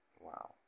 Wow